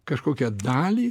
kažkokią dalį